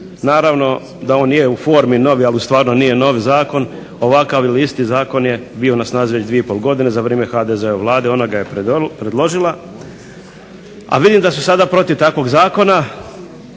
naravno da on je u formi novi ali stvarno nije nov zakon. Ovakav ili isti zakon je bio na snazi već 2,5 godine za vrijeme HDZ-ove Vlade, ona ga je predložila, a vidim da su sada protiv takvog zakona.